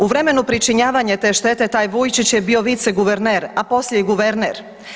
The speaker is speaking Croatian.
U vremenu pričinjavanja te štete taj Vujčić je bio viceguverner, a poslije i guverner.